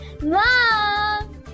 Mom